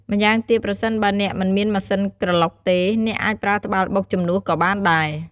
ម្យ៉ាងទៀត ប្រសិនបើ អ្នកមិនមានម៉ាស៊ីនក្រឡុកទេ អ្នកអាចប្រើត្បាល់បុកជំនួសក៏បានដែរ។